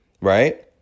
right